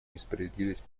несправедливость